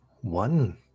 one